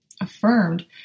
Affirmed